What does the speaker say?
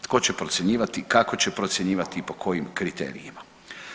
Tko će procjenjivati, kako će procjenjivati i po kojim kriterijima?